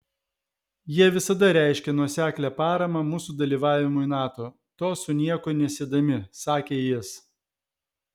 jie visada reiškė nuoseklią paramą mūsų dalyvavimui nato to su nieko nesiedami sakė jis